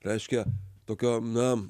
reiškia tokio na